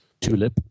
Tulip